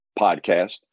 podcast